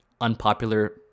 unpopular